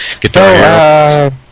guitar